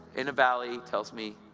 in a valley, tells me.